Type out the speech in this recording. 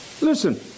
Listen